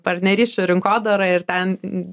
partnerysčių rinkodara ir ten